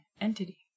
entity